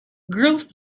girls